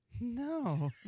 No